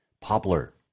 Poplar